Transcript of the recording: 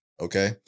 okay